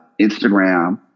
Instagram